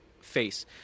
face